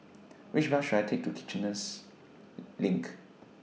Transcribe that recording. Which Bus should I Take to Kiichener LINK